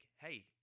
Hey